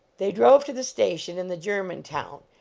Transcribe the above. they drove to the station in the german town,